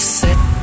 set